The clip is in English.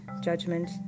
judgment